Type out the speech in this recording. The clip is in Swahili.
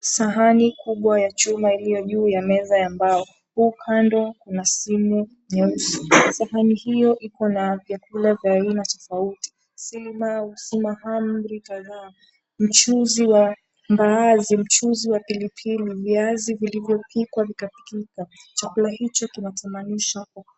Sahani kubwa ya chuma iliyo juu ya meza ya mbao huku kando kuna simu nyeusi, sahani hiyo ina vyakula vya aina tofauti si limau, si mahamri kadhaa, mchuuzi wa mbaazi, mchuuzi wa pilipili, viazi vilivyopikwa vikapikika, chakula hicho kinatamanisha.